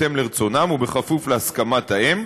האב לאם בהתאם לרצונם ובכפוף להסכמת האם,